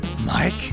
Mike